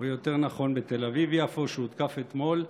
או יותר נכון בתל אביב-יפו, שהותקף אתמול.